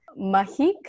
Mahik